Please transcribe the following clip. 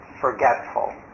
forgetful